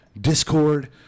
Discord